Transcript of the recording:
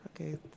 Okay